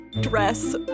dress